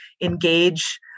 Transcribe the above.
engage